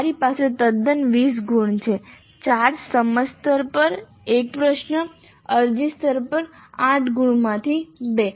અમારી પાસે તદ્દન 20 ગુણ છે 4 સમજ સ્તર પર એક પ્રશ્ન અરજી સ્તર પર 8 ગુણમાંથી બે